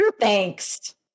Thanks